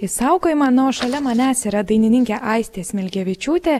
išsaugojimą na o šalia manęs yra dainininkė aistė smilgevičiūtė